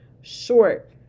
short